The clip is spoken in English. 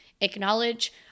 Acknowledge